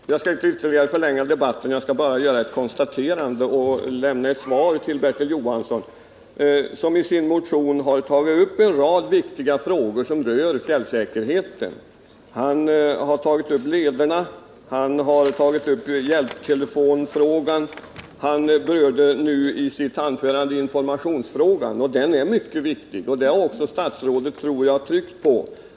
Herr talman! Jag skall inte ytterligare förlänga debatten utan vill bara göra ett konstaterande och lämna ett svar till Bertil Johansson. Bertil Johansson har i sin motion tagit upp en rad viktiga frågor om fjällsäkerheten — lederna, hjälptelefonerna och informationsfrågan. Den sistnämnda frågan är mycket viktig, och det har också statsrådet tryckt på.